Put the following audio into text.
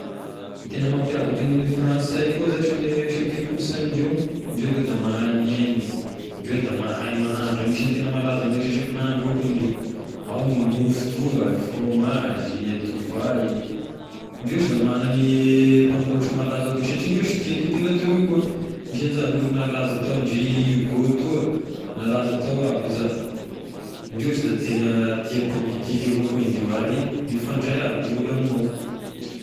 I tena mampiavaka ny fransay koa zashy ame resaky kolonsain'ny ndreo, ndreo aloha da mahay miaigna eh, ndreo da mahandro anisan'ny tegna malaza ame resaky nahandro io koa indreo, ao ny mofo toa, e frômazy, dovay, indreo-shy da magnany mpanoratry malaza koa satria ndreo-shy tia literatiora avao koa anisan'ny olo nalaza tao ndry Hugo toa, nalaza tao aby izà, indreo-shy da tegna tia pôlitika avao koa indreo ary nifandray ny olo ame ny ao.